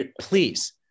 please